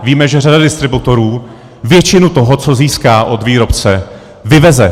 Víme, že řada distributorů většinu toho, co získá od výrobce, vyveze.